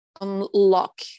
unlock